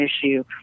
issue